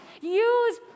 use